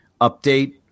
update